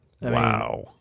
Wow